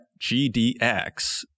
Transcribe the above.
GDX